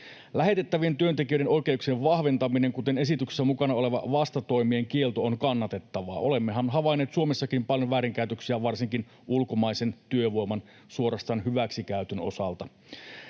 Lähetettävien työntekijöiden oikeuksien vahventaminen, kuten esityksessä mukana oleva vastatoimien kielto, on kannatettavaa, olemmehan havainneet Suomessakin paljon väärinkäytöksiä varsinkin ulkomaisen työvoiman suorastaan hyväksikäytön osalta.